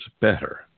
better